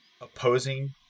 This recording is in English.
opposing